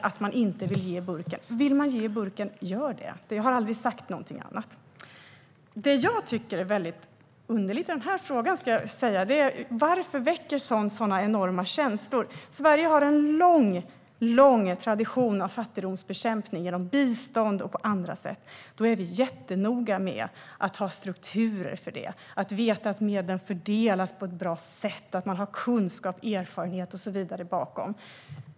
Vill du ge i burken, gör det! Jag har aldrig sagt någonting annat. Det jag tycker är underligt är att den här frågan väcker sådana enorma känslor. Sverige har en lång tradition av fattigdomsbekämpning genom bistånd och på andra sätt. Vi är jättenoga med att ha strukturer för det, att veta att medlen fördelas på ett bra sätt och att man har kunskap, erfarenhet och så vidare bakom.